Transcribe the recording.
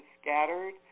scattered